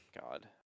God